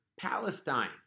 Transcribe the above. Palestine